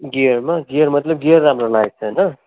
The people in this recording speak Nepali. गियरमा गियर मतलब गियर राम्रो लागेको छैन